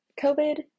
COVID